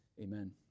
Amen